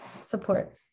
support